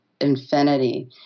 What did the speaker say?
infinity